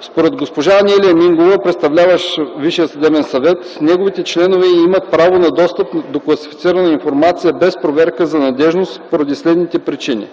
Според госпожа Анелия Мингова – представляващ Висшия съдебен съвет, неговите членове имат право на достъп до класифицирана информация без проверка за надеждност поради следните причини.